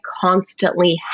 constantly